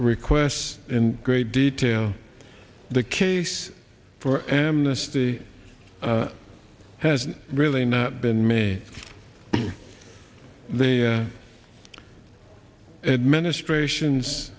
requests in great detail the case for amnesty has really not been made they and ministrations